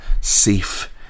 safe